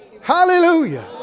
hallelujah